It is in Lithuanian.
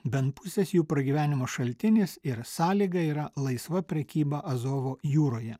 bent pusės jų pragyvenimo šaltinis ir sąlyga yra laisva prekyba azovo jūroje